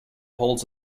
holds